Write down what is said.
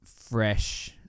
fresh